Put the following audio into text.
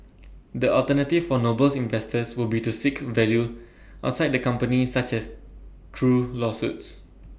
the alternative for Noble's investors would be to seek value outside the company such as through lawsuits